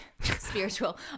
spiritual